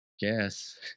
guess